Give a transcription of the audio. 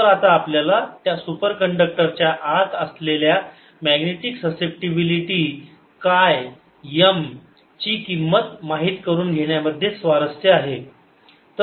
तर आता आपल्याला त्या सुपर कंडक्टर च्या आत असलेल्या मॅग्नेटिक ससेप्टीबिलिटी काय M ची किंमत माहीत करुन घेण्यामध्ये स्वारस्य आहे